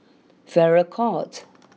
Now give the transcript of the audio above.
Farrer court